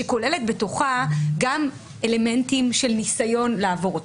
שכוללת בתוכה גם אלמנטים של ניסיון לעבור אותה.